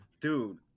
dude